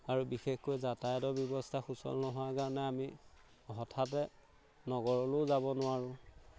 আৰু বিশেষকৈ যাতায়তৰ ব্যৱস্থা সুচল নোহোৱাৰ কাৰণে আমি হঠাতে নগৰলও যাব নোৱাৰোঁ